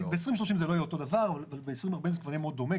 ב-2030 זה לא יהיה אותו דבר אבל ב-2040 זה כבר יהיה מאוד דומה.